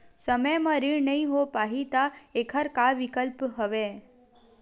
समय म ऋण नइ हो पाहि त एखर का विकल्प हवय?